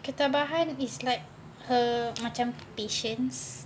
ketabahan is like her macam patience